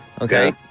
Okay